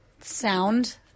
sound